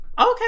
Okay